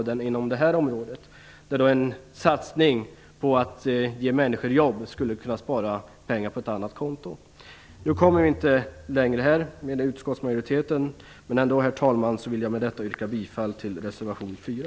Det är ju så på flera områden, att en satsning på att ge människor jobb skulle kunna spara pengar på ett annat konto. Nu kommer vi inte längre här i resonemanget med utskottsmajoriteten, men jag vill ändå, herr talman, yrka bifall till reservation nr 4.